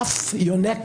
אף יונק,